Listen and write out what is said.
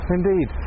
Indeed